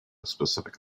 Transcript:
specific